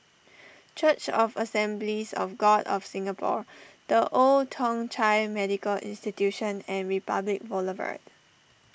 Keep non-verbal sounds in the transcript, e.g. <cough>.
<noise> Church of Assemblies of God of Singapore the Old Thong Chai Medical Institution and Republic Boulevard